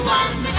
one